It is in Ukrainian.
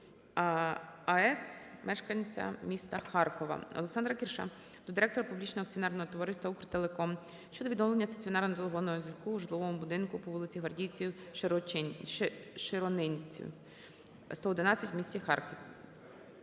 АЕС мешканця міста Харкова. ОлександраКірша до директора публічного акціонерного товариства «Укртелеком» щодо відновлення стаціонарного телефонного зв`язку у житловому будинку по вулиці Гвардійців-Широнинців, 111 в місті Харкові.